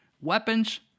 weapons